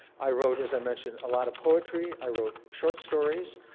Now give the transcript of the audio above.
i wrote, as i mentioned, a lot of poetry. i wrote short stories.